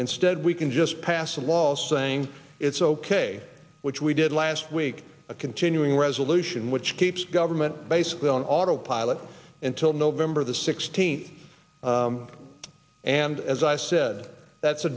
instead we can just pass a law saying it's ok which we did last week a continuing resolution which keeps government basically on autopilot until november the sixteenth and as i said that's a